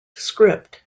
script